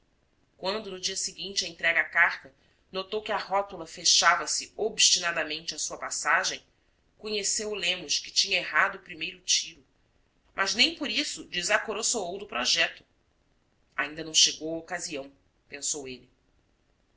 quando no dia seguinte à entrega da carta notou que a rótula fechava-se obstinadamente à sua passagem conheceu o lemos que tinha errado o primeiro tiro mas nem por isso desa coroçoou do projeto ainda não chegou a ocasião pensou ele